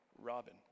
Robin